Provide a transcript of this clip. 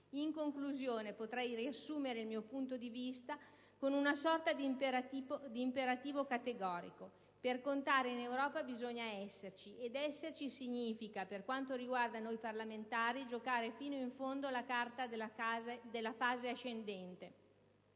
In conclusione, potrei riassumere il mio punto di vista con una sorta di imperativo categorico: per contare in Europa bisogna esserci! Ed esserci significa, per quanto riguarda noi parlamentari, giocare fino in fondo la carta della fase ascendente